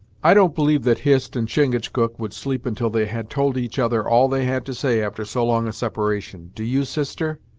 i don't believe that hist and chingachgook would sleep until they had told each other all they had to say after so long a separation do you, sister?